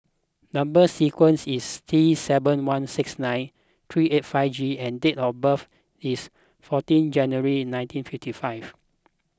Number Sequence is T seven one six nine three eight five G and date of birth is fourteen January nineteen fifty five